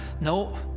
no